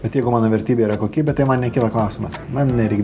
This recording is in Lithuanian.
bet jeigu mano vertybė yra kokybė tai man nekyla klausimas na nereik